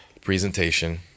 presentation